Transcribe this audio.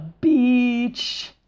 beach